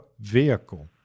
vehicle